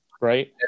right